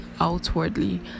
outwardly